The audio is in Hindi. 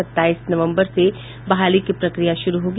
सत्ताईस नवम्बर से बहाली की प्रक्रिया शुरू होगी